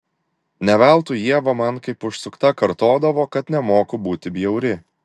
ne veltui ieva man kaip užsukta kartodavo kad nemoku būti bjauri